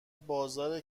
بازار